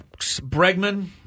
Bregman